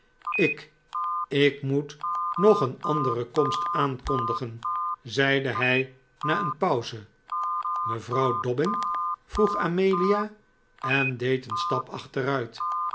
ik ik moet nog een andere komst aankondigen zeide hij na een pauze mevrouw dobbin vroeg amelia en deed een stap achteruit